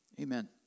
amen